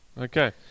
Okay